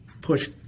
Push